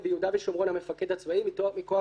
וביהודה ושומרון המפקד הצבאי מכוח